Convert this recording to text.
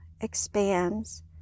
expands